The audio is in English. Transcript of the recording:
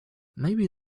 maybe